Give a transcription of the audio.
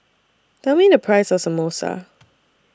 Tell Me The Price of Samosa